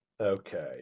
Okay